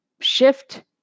shift